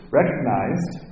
recognized